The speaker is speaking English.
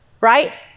right